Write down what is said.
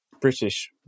British